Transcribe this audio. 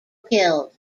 killed